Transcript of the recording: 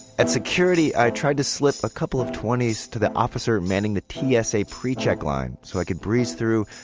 at security, i tried to slip a couple of twenties to the officer at the t s a. precheck line so i could breeze through.